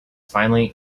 finally